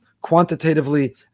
quantitatively